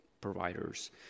providers